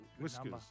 whiskers